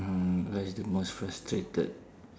mm what is the most frustrated